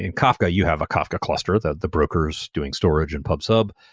and kafka, you have a kafka cluster. the the brokers doing storage and pub sub.